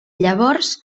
llavors